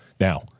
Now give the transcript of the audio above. Now